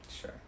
Sure